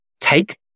take